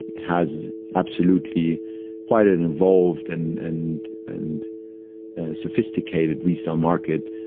has absolutely quite an evolved and and and sophisticated resale market.